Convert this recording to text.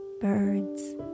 birds